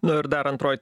nu ir dar antroj